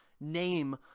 name